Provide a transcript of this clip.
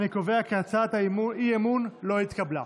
אני קובע כי הצעת האי-אמון לא התקבלה.